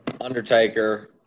Undertaker